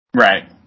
Right